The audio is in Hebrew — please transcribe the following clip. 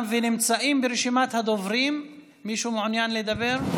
ונמצאים ברשימת הדוברים: מישהו מעוניין לדבר?